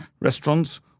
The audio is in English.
Restaurants